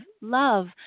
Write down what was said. love